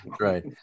Right